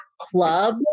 club